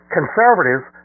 Conservatives